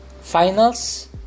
Finals